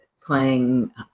playing